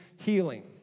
healing